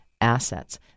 assets